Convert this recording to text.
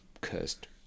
cursed